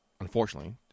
unfortunately